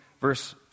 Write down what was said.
verse